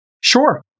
Sure